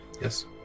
Yes